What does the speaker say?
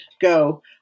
go